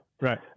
right